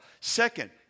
Second